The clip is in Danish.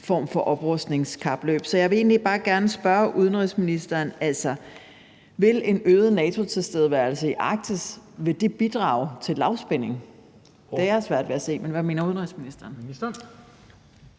form for oprustningskapløb. Så jeg vil egentlig bare gerne spørge udenrigsministeren: Vil en øget NATO-tilstedeværelse i Arktis bidrage til lavspænding? Det har jeg svært ved at se. Men hvad mener udenrigsministeren?